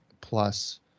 Plus